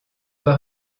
pas